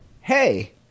hey